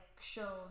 show